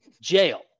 Jail